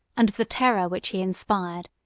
and of the terror which he inspired,